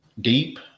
deep